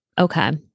Okay